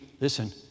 listen